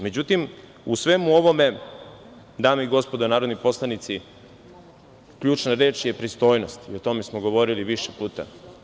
Međutim, u svemu ovome, dame i gospodo narodni poslanici, ključna reč je pristojnost i o tome smo govorili više puta.